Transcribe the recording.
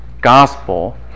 gospel